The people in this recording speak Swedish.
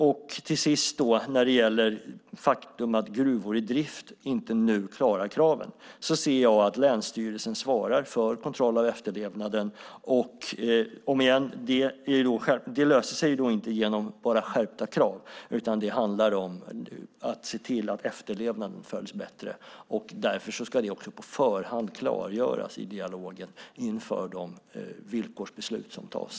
När det till sist gäller det faktum att gruvor i drift inte nu klarar kraven anser jag att länsstyrelsen svarar för kontrollen och efterlevnaden. Om igen vill jag säga att det inte löser sig genom enbart skärpta krav, utan det handlar om att se till att efterlevnaden blir bättre. Därför ska det också på förhand klargöras i dialogen inför de villkorsbeslut som fattas.